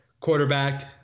quarterback